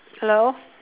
hello